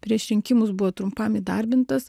prieš rinkimus buvo trumpam įdarbintas